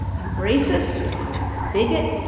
a racist, a bigot,